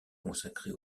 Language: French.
consacrée